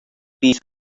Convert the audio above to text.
pieces